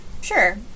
sure